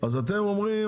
אז אתם אומרים,